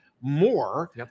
more